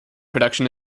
production